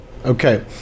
Okay